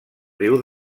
riu